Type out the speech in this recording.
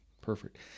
Perfect